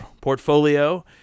portfolio